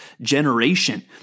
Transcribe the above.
generation